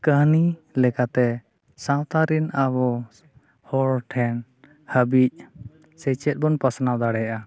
ᱠᱟᱹᱦᱱᱤ ᱞᱮᱠᱟᱛᱮ ᱥᱟᱶᱛᱟᱨᱮᱱ ᱟᱵᱚ ᱦᱚᱲᱴᱷᱮᱱ ᱦᱟᱵᱤᱡ ᱥᱮᱪᱮᱫ ᱵᱚᱱ ᱯᱟᱥᱱᱟᱣ ᱫᱟᱲᱮᱭᱟᱜᱼᱟ